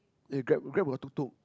eh grab grab got tuk-tuk